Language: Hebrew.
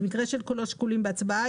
במקרה של קולות שקולים בהצבעה,